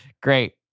great